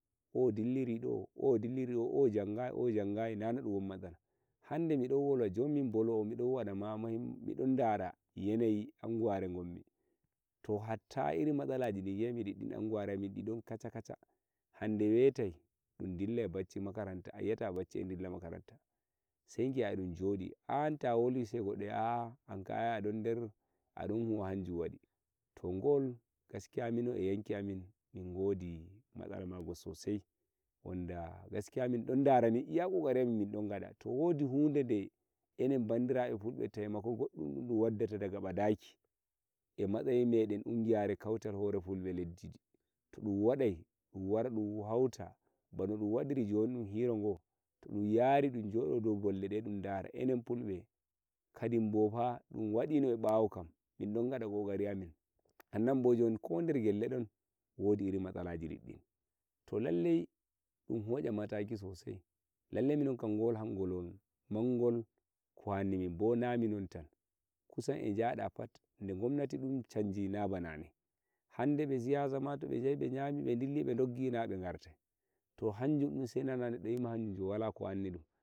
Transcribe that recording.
Oh dilliri ɗo oh dilliri ɗo or jangayi nane duwan matsala hande midon wolwa jundo miɗon dera yanayi anguware gommi to hatta irin matsalaji di ginmi diddi ɗiɗon kacha kacha hande wetai dun hebai bacci dillai makaranta ayita bacci e dilla makaranta sai giya edun jodi han ta wolwai sai goddo wia ahah an ankam adun huwa hanjun waɗi to gol gaskiya minon eh yanki amin mingodi matsala magol sosai wanda gaskiya minɗon dara ni iya lokaci amin min don gada dun to wodi hude de enen bandirabe pulbe temako goddum wandert daga badaki eh matsayi meɗen kungiyaru kauten hore yimbɓe leddi ɗi to dun waɗai dun wara hauta hero nodun wadi hiro go to dun yari dun jodoto edun dere eder pulbe kadibbofa dun woni bawo kam bindongada koginmin sannan bo joni ko der gell don wodi ina mastalaji duddun to lalle dun hocha mataki sosai lalle minonkam gol hangol woni mangol ko wannimin bona minontan kusan eh jada pat de gimmi dun canji na ba nane hande be siyasa ma sai be chomi be dilli be doggi na be gartai to ai nane neddo hochuma wima jon kam wala ko wannidum.